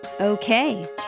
Okay